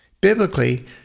Biblically